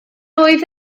oedd